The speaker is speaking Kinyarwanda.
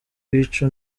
wica